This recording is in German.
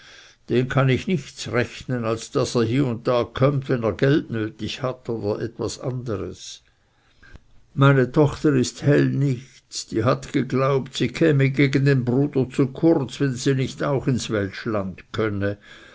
den kann ich nichts rechnen als daß er hie und da kömmt wenn er geld nötig hat oder etwas anderes meine tochter ist hell nichts die hat geglaubt sie käme gegen den bruder zu kurz wenn sie nicht auch ins weltschland könnte